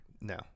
No